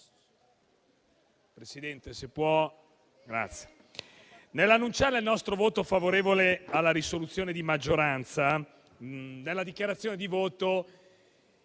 presidente Meloni, nell'annunciare il nostro voto favorevole alla risoluzione di maggioranza, in questa dichiarazione di voto